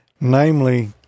namely